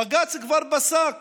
בג"ץ כבר פסק